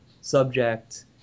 subject